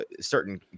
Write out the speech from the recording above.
certain